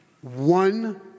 one